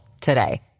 today